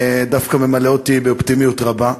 דווקא ממלא אותי באופטימיות רבה.